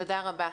תודה רבה.